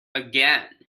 again